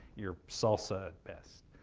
you're salsa at best.